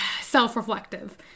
Self-reflective